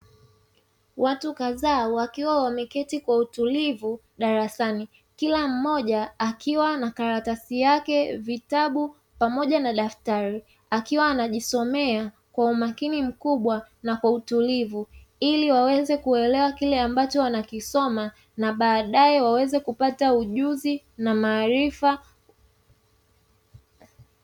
Watu kadhaa wakiwa wameketi kwa utulivu darasani, kila mmoja akiwa na karatasi yake, vitabu pamoja na daftari, akiwa anajisomea kwa umakini mkubwa na kwa utulivu ili waweze kuelewa kile ambacho wanakisoma na baadae waweze kupata ujuzi na maarifa.